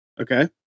okay